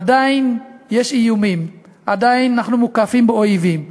עדיין יש איומים, עדיין אנחנו מוקפים באויבים.